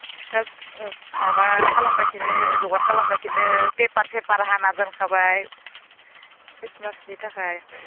फिथा माबा खालामगासिनो जगार खालामगासिनो पेपार सेफार हाना दोनखाबाय ख्रिस्टमासनि थाखाय